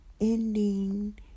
ending